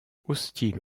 hostile